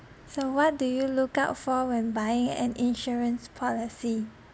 so what do you look out for when buying an insurance policy